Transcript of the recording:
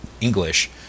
English